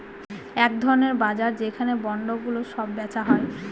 এক ধরনের বাজার যেখানে বন্ডগুলো সব বেচা হয়